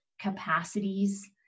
capacities